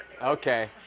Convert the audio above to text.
Okay